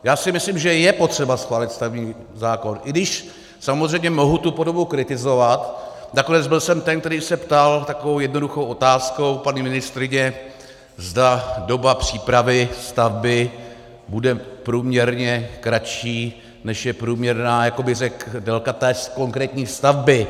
Já si myslím, že je potřeba schválit stavební zákon, i když samozřejmě mohu tu podobu kritizovat, nakonec byl jsem ten, který se ptal takovou jednoduchou otázkou paní ministryně, zda doba přípravy stavby bude průměrně kratší, než je průměrná délka té konkrétní stavby.